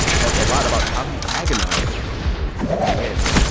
talked a lot about how he agonized over his vote. but in the end,